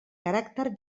caràcter